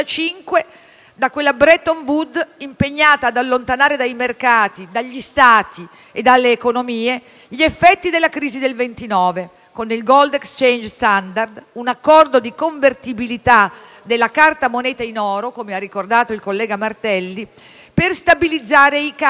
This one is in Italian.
da quella Bretton Woods impegnata ad allontanare dai mercati, dagli Stati e dalle economie gli effetti della crisi del 1929, con il *gold exchange standard*, un accordo di convertibilità della carta moneta in oro, come ha ricordato il collega Martelli, per stabilizzare i cambi